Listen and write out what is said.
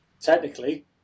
technically